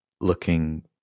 looking